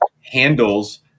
handles